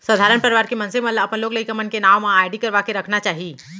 सधारन परवार के मनसे मन ल अपन लोग लइका मन के नांव म आरडी करवा के रखना चाही